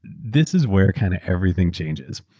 this is where kind of everything changes.